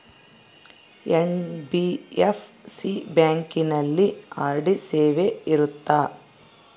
NBFC ಬ್ಯಾಂಕಿನಲ್ಲಿ RD ಸೇವೆ ಇರುತ್ತಾ?